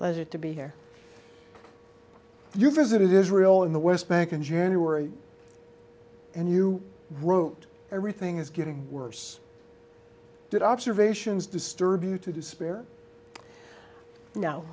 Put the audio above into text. pleasure to be here you visit israel in the west bank in january and you wrote everything is getting worse did observations disturb you to despair no